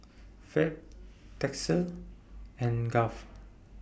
Fate Texie and Garth